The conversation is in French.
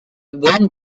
borne